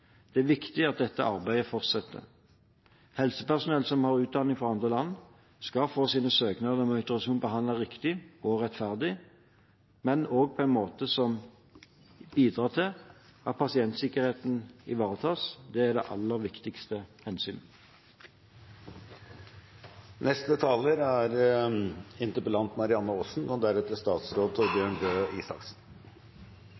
Det er viktig at dette arbeidet fortsetter. Helsepersonell som har utdanning fra andre land, skal få sine søknader om autorisasjon behandlet riktig og rettferdig, men også på en måte som bidrar til at pasientsikkerheten ivaretas. Det er det aller viktigste